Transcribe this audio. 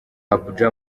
abuja